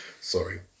Sorry